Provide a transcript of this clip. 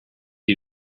you